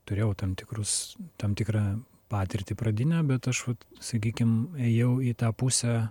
turėjau tam tikrus tam tikrą patirtį pradinę bet aš vat sakykim ėjau į tą pusę